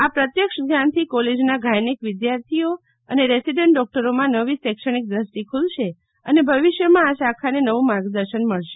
આ પ્રત્યક્ષ જ્ઞાનથી કોલેજના ગયનેક વિદ્યાર્થીઓ અને રેસીડન્ટ ડોકટરોમાં નવી શૈક્ષણિક દ્રષ્ટિ ખુલશે અને ભવિષ્યમાં આ શાખાને નવું માર્ગદર્શન મળશે